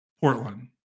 Portland